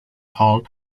hall